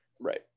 Right